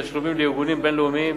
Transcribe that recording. תשלומים לארגונים בין-לאומיים,